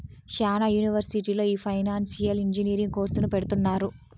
శ్యానా యూనివర్సిటీల్లో ఈ ఫైనాన్సియల్ ఇంజనీరింగ్ కోర్సును పెడుతున్నారు